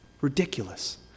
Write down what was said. Ridiculous